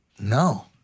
No